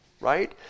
right